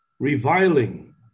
Reviling